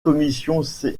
commissions